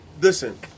listen